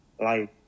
life